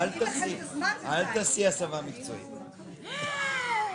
כל עצמאי ששלח לי הודעה,